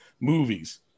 movies